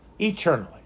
eternally